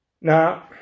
Now